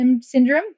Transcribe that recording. syndrome